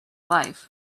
life